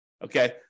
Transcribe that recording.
Okay